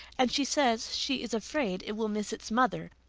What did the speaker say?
and she says she is afraid it will miss its mother,